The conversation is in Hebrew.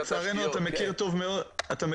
לצערנו אתה מכיר טוב מאוד,